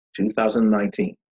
2019